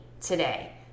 today